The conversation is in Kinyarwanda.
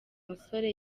musore